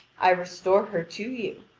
i restore her to you.